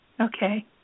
Okay